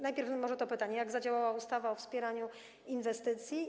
Najpierw może to pytanie, jak zadziałała ustawa o wspieraniu inwestycji.